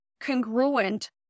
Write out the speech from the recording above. congruent